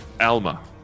Alma